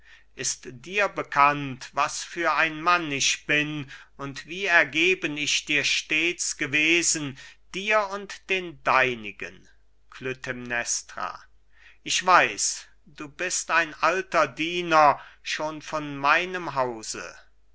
ist dir bekannt was für ein mann ich bin und wie ergeben ich dir stets gewesen dir und den deinigen klytämnestra ich weiß du bist ein alter diener schon von meinem hause